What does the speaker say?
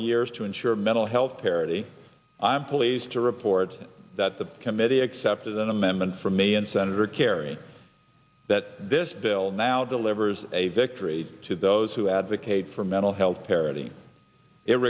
the years to insure mental health parity i'm pleased to report that the committee accepted an amendment from me and senator kerry that this bill now delivers a victory to those who advocate for mental health parity